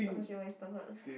oh shit my stomach